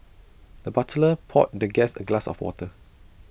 the butler poured the guest A glass of water